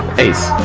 ace!